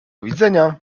widzenia